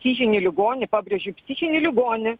psichinį ligonį pabrėžiu psichinį ligonį